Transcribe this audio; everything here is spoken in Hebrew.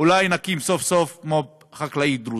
אולי נקים סוף-סוף מו"פ חקלאי דרוזי.